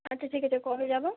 আচ্ছা ঠিক আছে কবে যাবো